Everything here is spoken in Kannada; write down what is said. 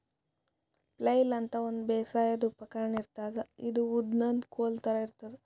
ಫ್ಲೆಯ್ಲ್ ಅಂತಾ ಒಂದ್ ಬೇಸಾಯದ್ ಉಪಕರ್ಣ್ ಇರ್ತದ್ ಇದು ಉದ್ದನ್ದ್ ಕೋಲ್ ಥರಾ ಇರ್ತದ್